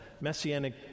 Messianic